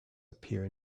appear